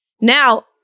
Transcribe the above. Now